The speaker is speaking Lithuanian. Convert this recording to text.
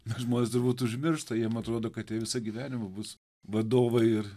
na žmonės turbūt užmiršta jiem atrodo kad jie visą gyvenimą bus vadovai ir